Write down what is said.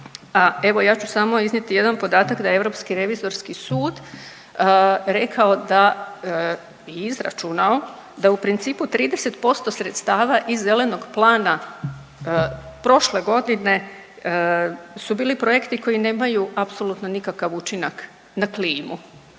evo ja ću samo iznijeti jedan podatak da je Europski revizorski sud rekao da i izračunao da u principu 30% sredstava iz zelenog plana prošle godine su bili projekti koji nemaju apsolutno nikakav učinak na klimu.